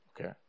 Okay